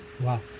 Wow